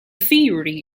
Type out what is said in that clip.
theory